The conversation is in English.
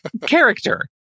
character